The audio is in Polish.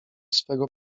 swego